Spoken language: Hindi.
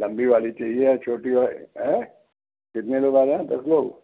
लंबी वाली चाहिए या छोटी वाली एं जितने लोग आ जाएं दस लोग